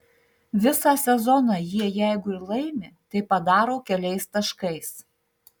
visą sezoną jie jeigu ir laimi tai padaro keliais taškais